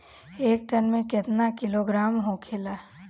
एक टन मे केतना किलोग्राम होखेला?